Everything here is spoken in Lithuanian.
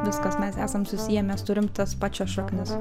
viskas mes esam susiję mes turim tas pačias šaknis